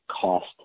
cost